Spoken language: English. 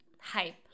hype